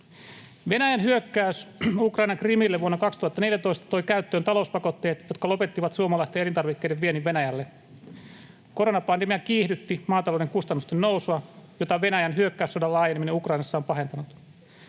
Venäjän hyökkäys Ukrainan Krimille vuonna 2014 toi käyttöön talouspakotteet, jotka lopettivat suomalaisten elintarvikkeiden viennin Venäjälle. Koronapandemia kiihdytti maatalouden kustannusten nousua, jota Venäjän hyökkäyssodan laajeneminen Ukrainassa on pahentanut.